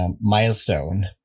milestone